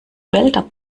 wälder